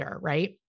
right